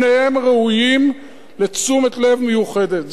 שניהם ראויים לתשומת לב מיוחדת.